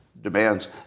demands